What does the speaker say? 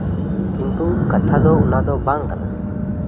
ᱠᱤᱱᱛᱩ ᱠᱟᱛᱷᱟ ᱫᱚ ᱚᱱᱟ ᱫᱚ ᱵᱟᱝ ᱠᱟᱱᱟ